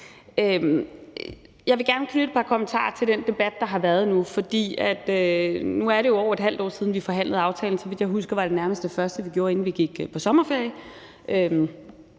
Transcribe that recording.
Jeg vil gerne knytte et par kommentarer til den debat, der har været her, for nu er det jo over et halvt år siden, vi forhandlede aftalen igennem. Så vidt jeg husker, var det nærmest det sidste, vi gjorde, inden vi gik på sommerferie